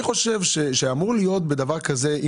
אני חושב שצריכה להיות החובה על אותו אחד,